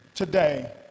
Today